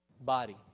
body